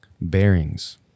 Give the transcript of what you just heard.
bearings